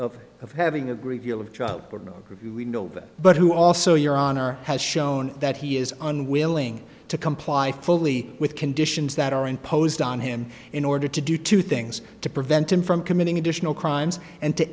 deal of having a great deal of job we know that but who also your honor has shown that he is unwilling to comply fully with conditions that are imposed on him in order to do two things to prevent him from committing additional crimes and to